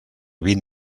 vint